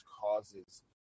causes